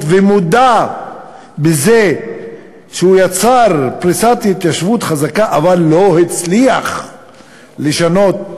ומודה שהוא יצר פריסת התיישבות חזקה אבל לא הצליח לשנות,